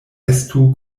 estu